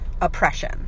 oppression